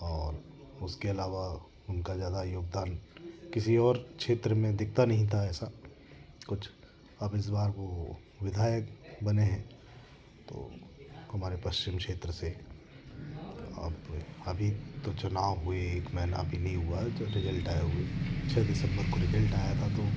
और उसके अलावा उनका ज़्यादा योगदान किसी और क्षेत्र में दिखता नहीं था ऐसा कुछ अब इस बार वह विधायक बने हैं तो हमारे पश्चिम क्षेत्र से अब अभी तो चुनाव हुए ही एक महीना भी नहीं हुआ है रिजल्ट आए हुए छ दिसंबर को रिजल्ट आया था तो